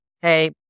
hey